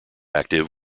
active